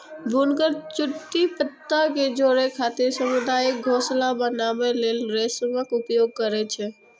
बुनकर चुट्टी पत्ता कें जोड़ै खातिर सामुदायिक घोंसला बनबै लेल रेशमक उपयोग करै छै